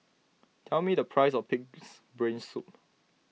tell me the price of Pig's Brain Soup